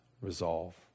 resolve